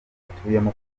atuyemo